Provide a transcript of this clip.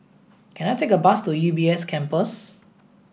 can I take a bus to U B S Campus